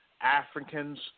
Africans